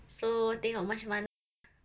so tengok macam mana lah